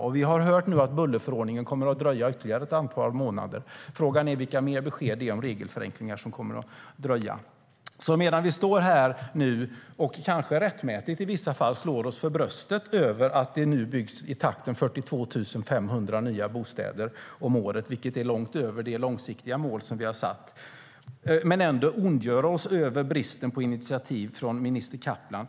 Vi står här nu och - kanske rättmätigt i vissa fall - slår oss för bröstet över att det nu byggs 42 500 nya bostäder om året, vilket är långt över det långsiktiga mål som vi har satt. Men vi ondgör oss ändå över bristen på initiativ från minister Kaplan.